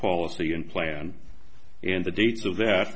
policy and plan and the dates of that